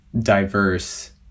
diverse